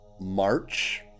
March